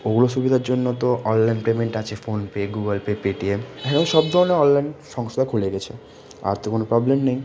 ওগুলো সুবিধার জন্য তো অনলাইন পেমেন্ট আছে ফোনপে গুগলপে পেটিএম এ সব ধরনের অনলাইন সংস্থা খুলে গেছে আর তো কোনো প্রবলেম নেই